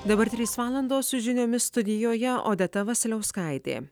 dabar trys valandos su žiniomis studijoje odeta vasiliauskaitė